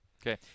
Okay